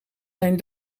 zijn